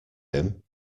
him